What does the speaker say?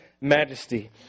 majesty